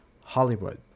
Hollywood